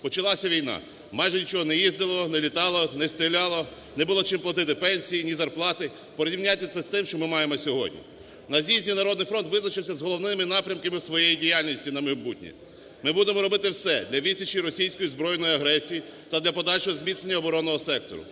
Почалася війна. Майже нічого не їздило, не літало, не стріляло, не було, чим платити пенсії, ні зарплати. Порівняйте це з тим, що ми маємо сьогодні. На з'їзді "Народний фронт" визначився з головними напрямками своєї діяльності на майбутнє. Ми будемо робити все для відсічі російської збройної агресії та для подальшого зміцнення оборонного сектору.